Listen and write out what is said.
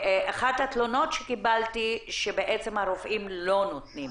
אחת התלונות שקיבלתי היא שהרופאים לא נותנים